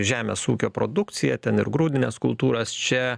žemės ūkio produkcija ten ir grūdines kultūras čia